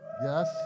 yes